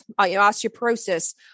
osteoporosis